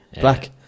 Black